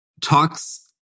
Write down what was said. talks